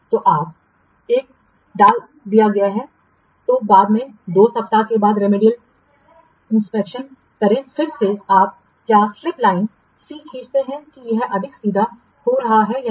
तो यहाँ आप एक डाल दिया है तो बाद में दो सप्ताह के बाद रिमेडियल इलेक्शन करें फिर से आप क्या स्लिप लाइन C खींचते हैं कि यह अधिक सीधा हो रहा है या नहीं